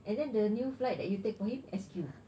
and then the new flight that you take for him S_Q